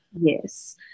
Yes